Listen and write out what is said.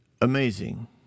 amazing